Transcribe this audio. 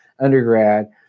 undergrad